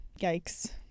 yikes